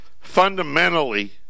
Fundamentally